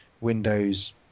Windows